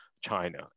China